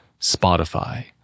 Spotify